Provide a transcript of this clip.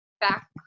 back